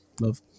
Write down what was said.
Love